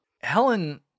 Helen